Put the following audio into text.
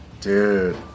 Dude